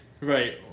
Right